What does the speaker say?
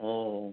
हो